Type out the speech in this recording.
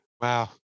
Wow